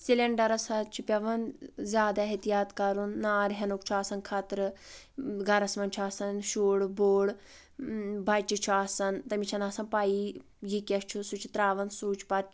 سِلینڈرَس حٕظ چھُ پؠوان زیادٕ احتیاط کَرُن نار ہیٚنُک چھُ آسان خَطرٕ گَرَس منٛز چھُ آسن شُر بوٚڑ بَچہِ چھُ آسان تٔمِس چھَ نہٕ آسان پَیی یہِ کیٛاہ چھُ سُہ چھُ ترٛاوَان سُچ پتہٕ